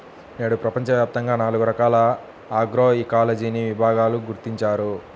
నేడు ప్రపంచవ్యాప్తంగా నాలుగు రకాల ఆగ్రోఇకాలజీని విభాగాలను గుర్తించారు